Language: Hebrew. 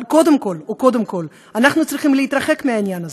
אבל קודם כול, אנחנו צריכים להתרחק מהעניין הזה.